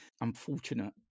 unfortunate